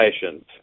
patients